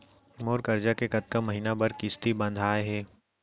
मोर करजा के कतका महीना बर किस्ती बंधाये हे?